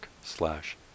slash